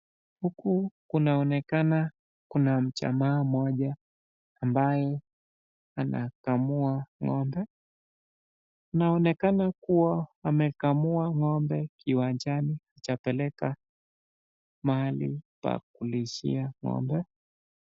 Huku kunaonekana kuna jamaa moja ambaye anakamua ng'ombe. Inaonekana kuwa amekamua ng'ombe kiwanajani hajapeleka mahali pa kulishia ng'ombe.